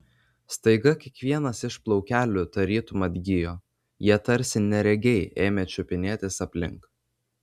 staiga kiekvienas iš plaukelių tarytum atgijo jie tarsi neregiai ėmė čiupinėtis aplink